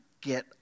get